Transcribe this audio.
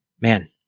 man